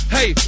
Hey